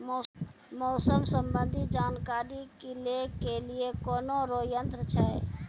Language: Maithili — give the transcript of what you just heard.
मौसम संबंधी जानकारी ले के लिए कोनोर यन्त्र छ?